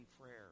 prayer